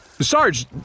Sarge